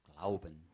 Glauben